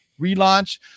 relaunch